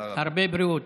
הרבה בריאות.